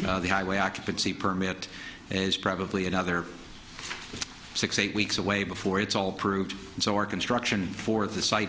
the highway occupancy permit is probably another six eight weeks away before it's all proved and so our construction for the site